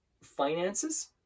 finances